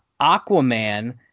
Aquaman